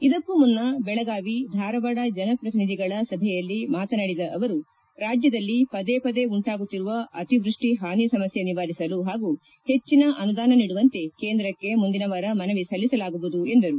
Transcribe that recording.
ಇದಕ್ಕೂ ಮುನ್ನ ಬೆಳಗಾವಿ ಧಾರವಾಡ ಜನಪ್ರತಿನಿಧಿಗಳ ಸಭೆಯಲ್ಲಿ ಮಾತನಾಡಿದ ಅವರು ರಾಜ್ಜದಲ್ಲಿ ಪದೇ ಪದೇ ಉಂಟಾಗುತ್ತಿರುವ ಅತಿವೃಷ್ಷಿ ಹಾನಿ ಸಮಸ್ಥೆ ನಿವಾರಿಸಲು ಹಾಗೂ ಹೆಚ್ಚಿನ ಅನುದಾನ ನೀಡುವಂತೆ ಕೇಂದ್ರಕ್ಷೆ ಮುಂದಿನ ವಾರ ಮನವಿ ಸಲ್ಲಿಸಲಾಗುವುದು ಎಂದರು